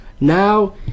Now